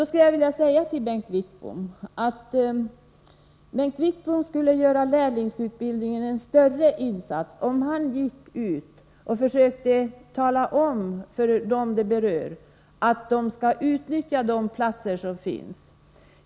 Då vill jag säga till Bengt Wittbom att han skulle göra lärlingsutbildningen en stor tjänst, om han gick ut och försökte tala om för de berörda att de skall utnyttja de platser som finns.